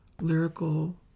lyrical